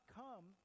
come